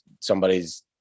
somebody's